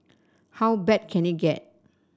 how bad can it get